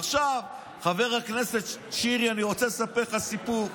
עכשיו, חבר הכנסת שירי, אני רוצה לספר לך סיפור,